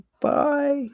Bye